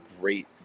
great